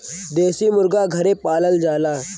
देसी मुरगा घरे पालल जाला